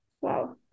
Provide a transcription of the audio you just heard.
Wow